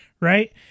right